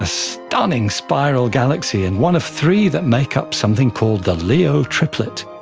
ah stunning spiral galaxy and one of three that make up something called the leo triplet,